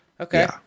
okay